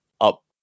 up